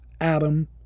Adam